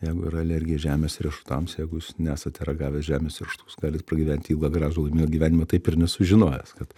jeigu yra alergija žemės riešutams jeigu jūs nesate ragavę žemės rišutų jūs galit pragyvent ilgą gražų laimingą gyvenimą taip ir nesužinojęs kad